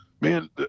man